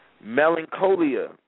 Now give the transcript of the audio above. Melancholia